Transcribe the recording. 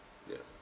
yeah